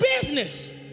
business